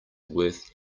worth